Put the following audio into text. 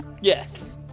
Yes